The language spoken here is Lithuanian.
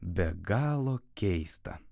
be galo keista